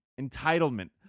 Entitlement